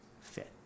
fit